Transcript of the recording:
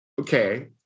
okay